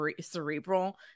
cerebral